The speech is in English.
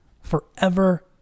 forever